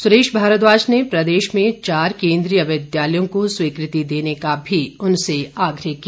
सुरेश भारद्वाज ने प्रदेश में चार केंद्रीय विद्यालयों को स्वीकृति देने का भी उनसे आग्रह किया